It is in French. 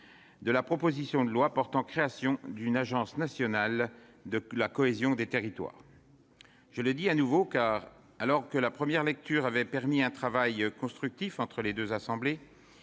de la proposition de loi portant création d'une Agence nationale de la cohésion des territoires. Alors que la première lecture a permis un travail constructif entre les deux assemblées,